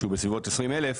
שהוא בסביבות 20 אלף,